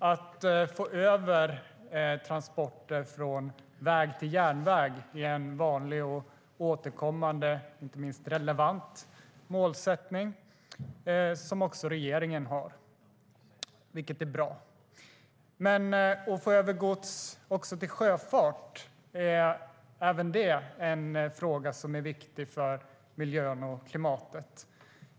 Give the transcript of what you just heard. Att få över transporter från väg till järnväg är en vanlig, återkommande och inte minst relevant målsättning som också regeringen har, vilket är bra. Att få över gods till sjöfart är även det en fråga som är viktig för miljön och klimatet.